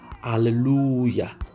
Hallelujah